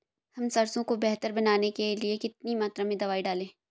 हम सरसों को बेहतर बनाने के लिए कितनी मात्रा में दवाई डालें?